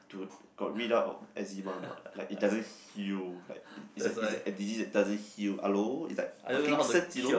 to got read out or not like he doesn't heal like is a is a disease doesn't heal hello is like Parkinson you know